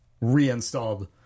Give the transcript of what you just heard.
reinstalled